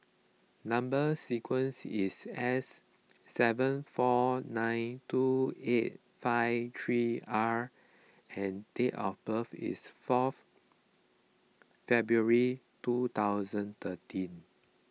Number Sequence is S seven four nine two eight five three R and date of birth is fourth February two thousand thirteen